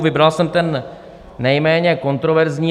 Vybral jsem ten nejméně kontroverzní.